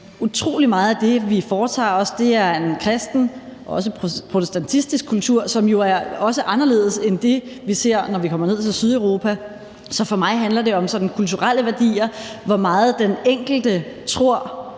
utrolig meget af det, vi foretager os. Det er en kristen, også protestantisk kultur, som jo også er anderledes end det, vi ser, når vi kommer ned til Sydeuropa. Så for mig handler det om sådan kulturelle værdier. Hvor meget den enkelte tror,